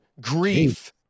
Grief